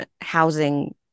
housing